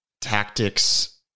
tactics